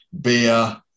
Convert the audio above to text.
beer